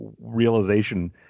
realization